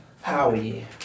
Howie